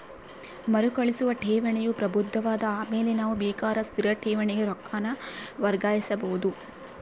ಮರುಕಳಿಸುವ ಠೇವಣಿಯು ಪ್ರಬುದ್ಧವಾದ ಆಮೇಲೆ ನಾವು ಬೇಕಾರ ಸ್ಥಿರ ಠೇವಣಿಗೆ ರೊಕ್ಕಾನ ವರ್ಗಾಯಿಸಬೋದು